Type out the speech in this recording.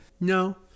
no